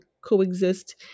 Coexist